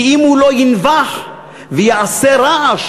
כי אם הוא לא ינבח ויעשה רעש,